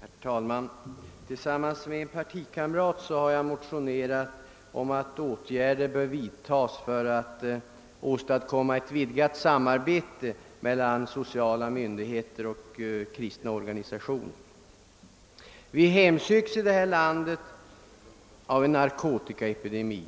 Herr talman! Tillsammans med en partikamrat har jag motionerat om att åtgärder bör vidtas för att åstadkomma ett vidgat samarbete mellan sociala myndigheter och kristna organisationer. Vi hemsöks i vårt land av en narkotikaepidemi.